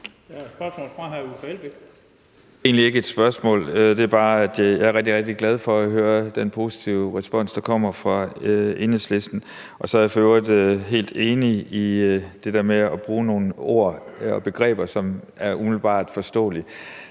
Det er egentlig ikke et spørgsmål, jeg vil bare sige, at jeg er rigtig, rigtig glad for at høre den positive respons, der kommer fra Enhedslisten. Og så er jeg for øvrigt helt enig i det der med at bruge nogle ord og begreber, som er umiddelbart forståelige.